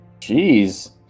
Jeez